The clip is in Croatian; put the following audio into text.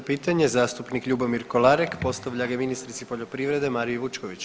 29 pitanje zastupnik Ljubomir Kolarek postavlja ga ministrici poljoprivrede Mariji Vučković.